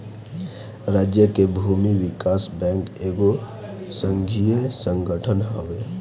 राज्य के भूमि विकास बैंक एगो संघीय संगठन हवे